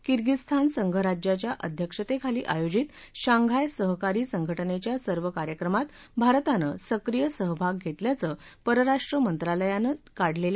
किर्गीझीस्तान संघराज्याच्या अध्यक्षतेखाली आयोजित शांघाय सहकारी संघटनेच्या सर्व कार्यक्रमात भारताने सक्रीय सहभाग घेतल्याचं परराष्ट्र मंत्रालयाने काढलेल्या निवेदनात म्हटलं आहे